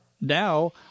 Now